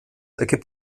ergibt